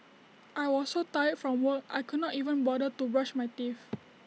I was so tired from work I could not even bother to brush my teeth